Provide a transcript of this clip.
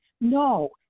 no